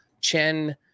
Chen